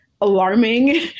Alarming